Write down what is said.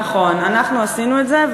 נכון, אנחנו עשינו את זה.